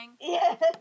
Yes